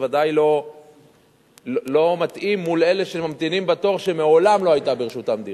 זה ודאי לא מתאים מול אלה שממתינים בתור ומעולם לא היתה ברשותם דירה.